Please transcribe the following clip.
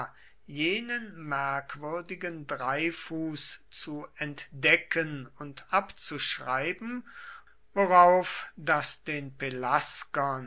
jenen merkwürdigen dreifuß zu entdecken und abzuschreiben worauf das den pelasgern